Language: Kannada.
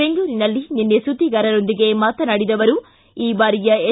ಬೆಂಗಳೂರಿನಲ್ಲಿ ನಿನ್ನೆ ಸುದ್ದಿಗಾರರೊಂದಿಗೆ ಮಾತನಾಡಿದ ಅವರು ಈ ಬಾರಿಯ ಎಸ್